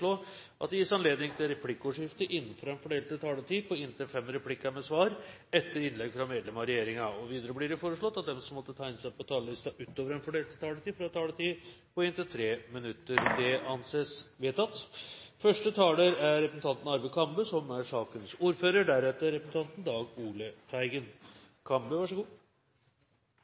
at det gis anledning til replikkordskifte på inntil fem replikker med svar etter innlegg fra medlem av regjeringen innenfor den fordelte taletid. Videre blir det foreslått at de som måtte tegne seg på talerlisten utover den fordelte taletid, får en taletid på inntil 3 minutter. – Det anses vedtatt. Dagens merverdiavgiftsregelverk er innrettet slik at dagligvarehandel som tilbyr næringsmidler, opererer med redusert sats. Med dette forslaget støtter forslagsstillerne for så